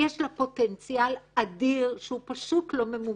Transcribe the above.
יש לה פוטנציאל אדיר שהוא פשוט לא ממומש.